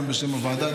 גם בשם הוועדה,